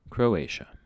Croatia